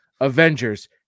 Avengers